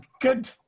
good